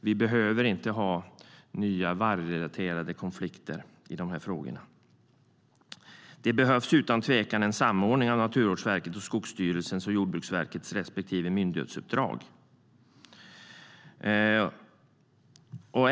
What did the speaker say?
Vi behöver inte ha nya vargrelaterade konflikter i de här frågorna. Det behövs utan tvekan en samordning av Naturvårdsverkets, Skogsstyrelsens och Jordbruksverkets respektive myndighetsuppdrag.